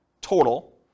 total